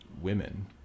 women